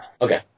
Okay